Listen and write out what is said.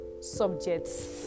subjects